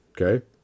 Okay